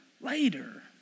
later